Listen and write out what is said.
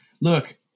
Look